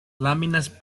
láminas